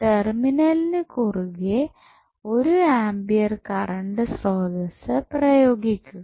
ടെർമിനലിന് കുറുകെ 1 ampere current സ്രോതസ്സ് പ്രയോഗിക്കുക